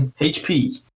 HP